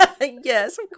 yes